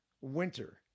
winter